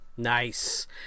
Nice